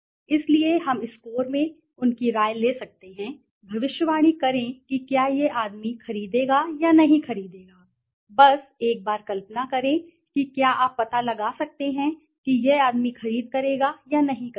इसलिए हम स्कोर में उनकी राय ले सकते हैं भविष्यवाणी करें कि क्या यह आदमी खरीदेगा या नहीं खरीदेगा बस एक बार कल्पना करें कि क्या आप पता लगा सकते हैं कि यह आदमी खरीद करेगा या नहीं खरीदेगा